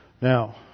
Now